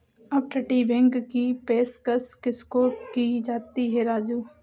अपतटीय बैंक की पेशकश किसको की जाती है राजू?